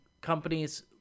companies